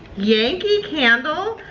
yankee candle,